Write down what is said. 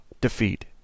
defeat